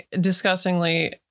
disgustingly